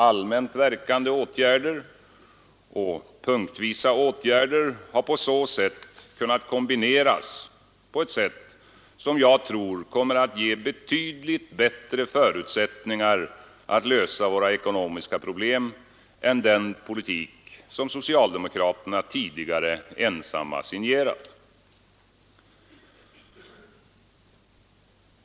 Allmänt verkande åtgärder och punktvisa åtgärder har därigenom kunnat kombineras på ett sätt som jag tror kommer att ge betydligt bättre förutsättningar att lösa våra ekonomiska problem än den politik som socialdemokraterna tidigare ensamma signerat.